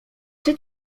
czy